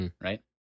right